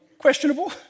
Questionable